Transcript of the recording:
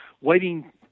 waiting